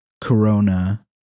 Corona